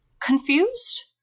confused